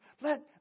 Let